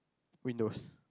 windows